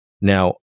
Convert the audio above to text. Now